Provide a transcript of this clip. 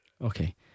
Okay